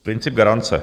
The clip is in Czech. Princip garance.